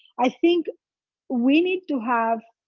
i think we need to have,